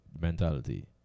mentality